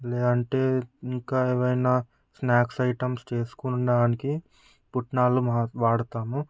లేదంటే ఇంకా ఏమన్నా స్నాక్స్ ఐటమ్స్ చేసుకోవడానికి పుట్నాలు వాడుతాము